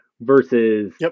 versus